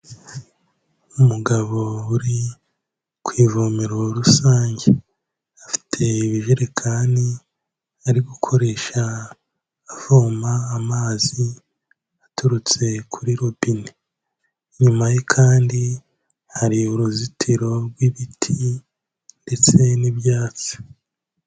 Ni umugabo uri ku ivomero rusange, afite ibijerekani ari gukoresha avoma amazi aturutse kuri robine, inyuma ye kandi hari uruzitiro rw'ibiti ndetse n'ibyatsi.